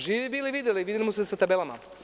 Živi bili pa videli, vidimo se sa tabelama.